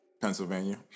Pennsylvania